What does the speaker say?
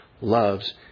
loves